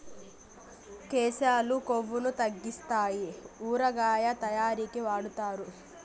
కేశాలు కొవ్వును తగ్గితాయి ఊరగాయ తయారీకి వాడుతారు